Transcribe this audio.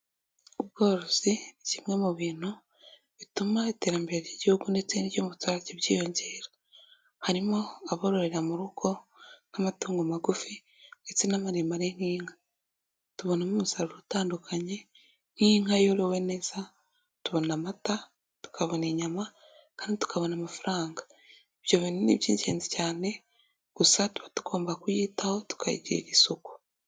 Ubworozi ni kimwe mu bintu bituma iterambere ry'igihugu ndetse n'iry'umuturage byiyongera harimo abororera mu rugo nk'amatungo magufi ndetse n'amaremare nk'inka, tubona umusaruro utandukanye nk'inka yorowe neza tubona amata, tukabona inyama kandi tukabona amafaranga, ibyo bintu ni iby'ingenzi cyane gusa tuba tugomba kuyitaho tukayigirira isuku.